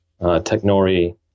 Technori